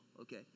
okay